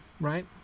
right